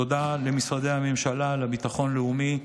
תודה למשרדי הממשלה לביטחון לאומי,